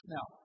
Now